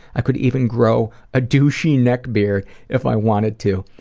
i could even grow a douche-y neck beard if i wanted to.